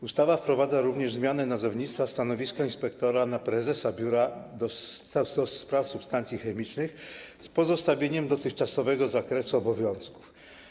Ustawa wprowadza również zmianę nazewnictwa stanowiska inspektora na prezesa Biura do spraw Substancji Chemicznych z pozostawieniem dotychczasowego zakresu obowiązków.